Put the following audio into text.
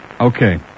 Okay